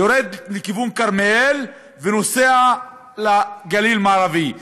יורד מכיוון כרמל ונוסע למכללת גליל מערבי.